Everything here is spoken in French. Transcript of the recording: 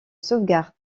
sauvegarde